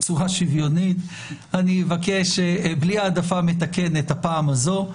בצורה שוויונית, בלי העדפה מתקנת הפעם הזו.